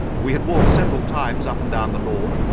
we had walked several times up and down the lawn,